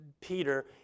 Peter